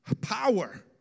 Power